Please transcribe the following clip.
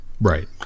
right